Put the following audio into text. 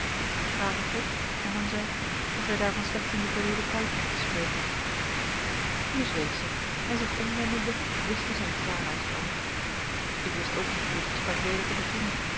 gave god hernam zij dat wij daarvan slechts in den verleden tijd mochten spreken hier zweeg zij en zich omwendende wischte zij een traan uit het oog ik wist ook niet hoe het gesprek weder te beginnen